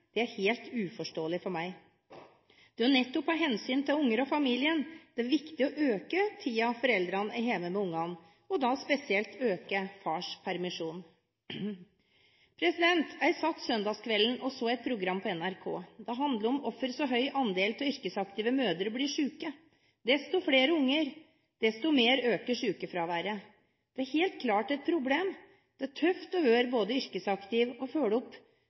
Det er helt uforståelig for meg. Det er jo nettopp av hensyn til barna og familien at det er viktig å øke tiden foreldrene er hjemme med ungene, og da spesielt å øke fars permisjon. Søndag kveld satt jeg og så et program på NRK. Det handlet om hvorfor en så høy andel yrkesaktive mødre blir syke – jo flere barn, desto mer øker sykefraværet. Dette er helt klart et problem. Det er tøft å være både yrkesaktiv, følge opp